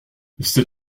c’est